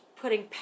putting